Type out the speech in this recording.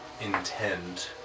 intend